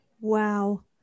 Wow